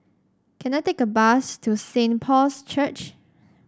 can I take a bus to Saint Paul's Church